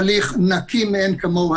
זה הליך נקי מאין כמוהו.